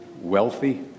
wealthy